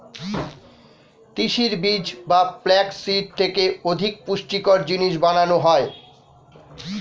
তিসির বীজ বা ফ্লাক্স সিড থেকে অধিক পুষ্টিকর জিনিস বানানো হয়